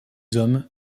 hommes